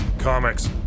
Comics